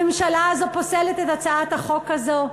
הממשלה הזו פוסלת את הצעת החוק הזו?